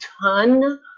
ton